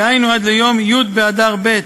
דהיינו עד ליום י' באדר ב'